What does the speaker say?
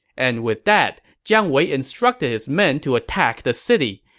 and with that, jiang wei instructed his men to attack the city,